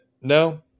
no